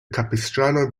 capistrano